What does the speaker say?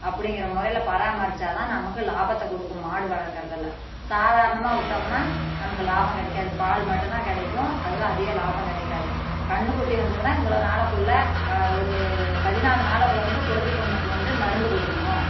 அப்படிங்கிற முறையில் பராமரித்தா தான் நமக்கு லாபத்தை கொடுக்கும் மாடு வளர்க்கிறதுல சாதாரணமாக விட்டோமுன்னா நமக்கு லாபம் கிடைக்காது பால் மட்டும் தான் கிடைக்கும் அதில் அதிக லாபம் கிடைக்காது கன்றுகுட்டி வந்ததுனா இவ்வளோ நாளைக்குள்ள க ஒரு பதினாலு நாளைக்குள்ள வந்து குடல் புண்ணுக்கு வந்து மருந்து கொடுக்கணும்